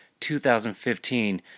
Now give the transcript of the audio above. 2015